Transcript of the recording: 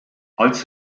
als